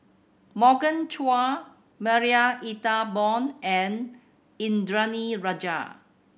Morgan Chua Marie Ethel Bong and Indranee Rajah